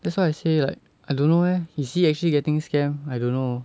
that's why I say like I don't know eh is he actually getting scammed I don't know